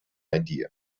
idea